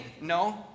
no